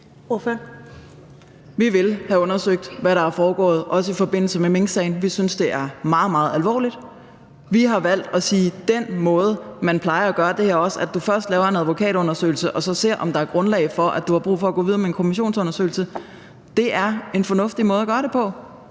Vi vil have undersøgt, hvad der er foregået, også i forbindelse med minksagen. Vi synes, det er meget, meget alvorligt. Vi har valgt at sige, at den måde, man plejer at gøre det her på, er, at man først laver en advokatundersøgelse og ser, om der er grundlag for og brug for at gå videre med en kommissionsundersøgelse. Det er en fornuftig måde at gøre det på.